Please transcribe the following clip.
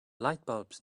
lightbulbs